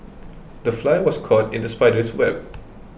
the fly was caught in the spider's web